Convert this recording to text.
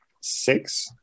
six